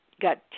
got